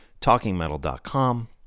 TalkingMetal.com